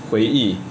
回忆